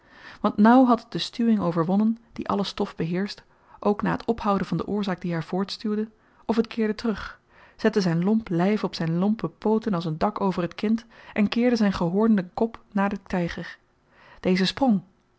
want nauw had het de stuwing overwonnen die alle stof beheerscht ook na t ophouden van de oorzaak die haar voortstuwde of t keerde terug zette zyn lomp lyf op zyn lompe pooten als een dak over het kind en keerde zyn gehoornden kop naar den tyger deze sprong